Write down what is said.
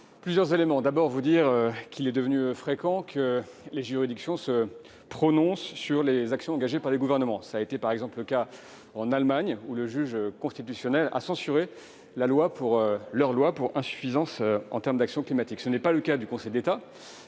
Monsieur le sénateur Dantec, il est devenu fréquent que les juridictions se prononcent sur les actions engagées par les gouvernements. Tel a été par exemple le cas en Allemagne, où le juge constitutionnel a censuré la loi pour insuffisances en termes d'action climatique. Tel n'est pas le cas en France, puisque